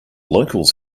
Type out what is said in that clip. locals